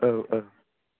औ औ